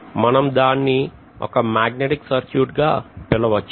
మనం దాన్ని ఒక మాగ్నెటిక్ సర్క్యూట్ గా పిలవచ్చు